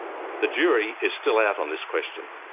the jury is still out on this question.